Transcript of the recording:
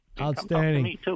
Outstanding